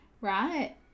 Right